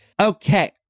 Okay